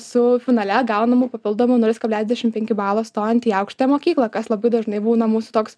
su finale gaunamu papildomu nulis kablelis dvidešim penki balo stojant į aukštąją mokyklą kas labai dažnai būna mūsų toks